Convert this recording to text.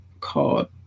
Called